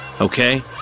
Okay